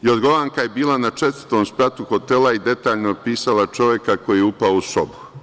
Jorgovanka je bila na četvrtom spratu hotela i detaljno je opisala čoveka koji je upao u sobu.